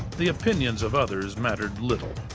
the opinions of others mattered little.